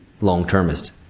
long-termist